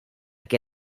que